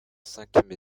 cinquième